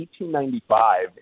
1895